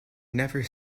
never